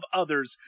others